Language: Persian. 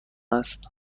است